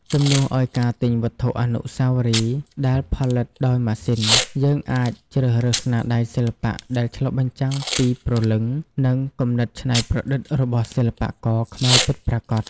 ជំនួសឱ្យការទិញវត្ថុអនុស្សាវរីយ៍ដែលផលិតដោយម៉ាស៊ីន យើងអាចជ្រើសរើសស្នាដៃសិល្បៈដែលឆ្លុះបញ្ចាំងពីព្រលឹង និងគំនិតច្នៃប្រឌិតរបស់សិល្បករខ្មែរពិតប្រាកដ។